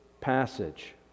passage